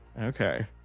okay